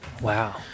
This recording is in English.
Wow